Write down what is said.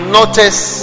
notice